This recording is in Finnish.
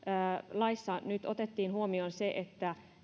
laissa nyt otettiin huomioon se että